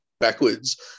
backwards